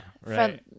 Right